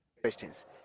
questions